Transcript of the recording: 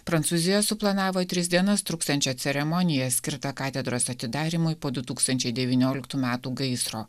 prancūzija suplanavo tris dienas truksiančią ceremoniją skirtą katedros atidarymui po du tūkstančiai devynioliktų metų gaisro